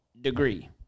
degree